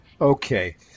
Okay